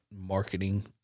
marketing